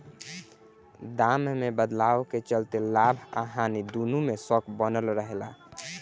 दाम में बदलाव के चलते लाभ आ हानि दुनो के शक बनल रहे ला